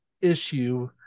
issue